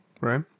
right